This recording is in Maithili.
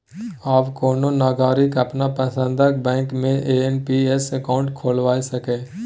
आब कोनो नागरिक अपन पसंदक बैंक मे जा एन.पी.एस अकाउंट खोलबा सकैए